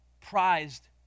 prized